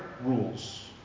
rules